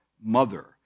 mother